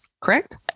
Correct